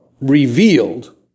revealed